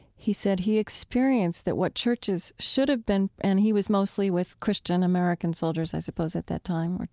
he said he experienced that what churches should have been and he was mostly with christian american soldiers, i suppose, at that time.